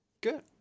Good